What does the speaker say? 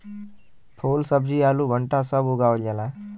फूल सब्जी आलू भंटा सब उगावल जाला